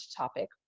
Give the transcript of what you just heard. topic